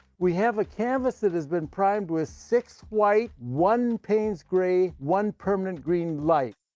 we have a canvas that has been primed with six white, one payne's gray, one permanent green light.